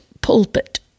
pulpit